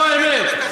זו האמת.